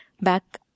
Back